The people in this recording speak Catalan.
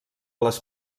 les